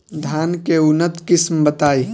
धान के उन्नत किस्म बताई?